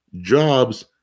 jobs